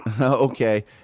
Okay